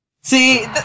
See